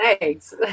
Thanks